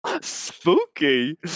Spooky